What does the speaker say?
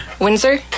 Windsor